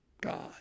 God